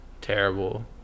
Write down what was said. terrible